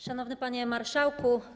Szanowny Panie Marszałku!